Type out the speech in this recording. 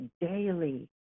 daily